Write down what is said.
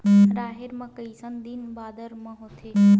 राहेर ह कइसन दिन बादर म होथे?